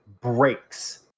breaks